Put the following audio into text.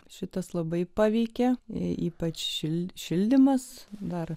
šitas labai paveikė ypač šildė šildymas dar